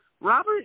Robert